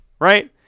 right